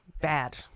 bad